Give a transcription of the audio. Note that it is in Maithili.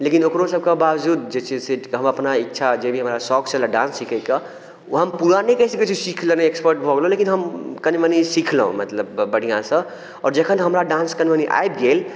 लेकिन ओकरो सब के बावजूद जे छै से हम अपना इच्छा जे भी हमरा शौक छलए डांस सीखैके ओ हम पूरा नहि कहि सकै छी सीख लेलहुॅं एक्सपर्ट भऽ गेलहुॅं लेकिन हम कनी मनी सीखलहुॅं मतलब बढिऑं सऽ आओर जखन हमरा डांस कनी मनी आबि गेल